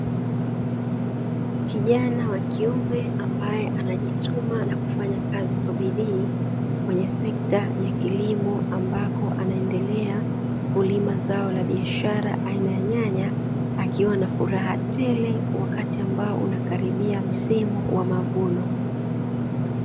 Kijana wa kiume ambaye anajituma na kufanya kazi kwa bidii, kwenye sekta ya kilimo ambako anaendelea kulima zao la biashara aina ya nyanya, akiwa na furaha tele wakati ambao unakaribia msimu wa mavuno.